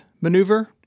maneuver